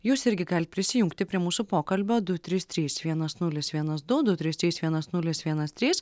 jūs irgi galit prisijungti prie mūsų pokalbio du trys trys vienas nulis vienas du du trys trys vienas nulis vienas trys